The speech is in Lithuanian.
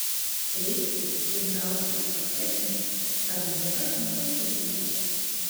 reiktų pirmiausiai pačekint ar niekas nepasikeitė